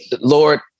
Lord